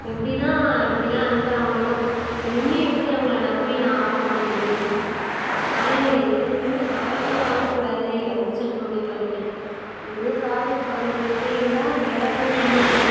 எப்படி தான் இப்படிலாம் அனுப்புறாங்களோ இனிமேல் எப்படி அவங்களை நம்பி நான் ஆடர் பண்ண முடியும் ஆன்லைனில் இதுக்கு தான் இனிமேல் ப்ராடக்ட்டே வாங்கக்கூடாது அப்படினு சொல்லிட்டு முடிவு பண்ணிட்டேன் இனிமேல் ப்ராடக்ட் வாங்குகிற மாதிரி இருந்தால் நேராக போய் வாங்கிக்கணும்